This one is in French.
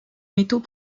métaux